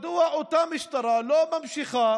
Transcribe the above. מדוע אותה משטרה לא ממשיכה